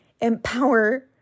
empower